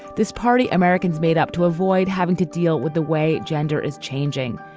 this party americans made up to avoid having to deal with the way gender is changing.